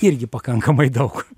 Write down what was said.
irgi pakankamai daug